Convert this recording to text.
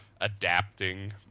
adapting